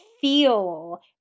feel